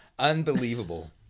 Unbelievable